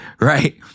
Right